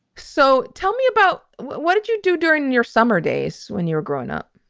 so tell me about what did you do during and your summer days when you were growing up?